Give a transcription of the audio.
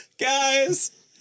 Guys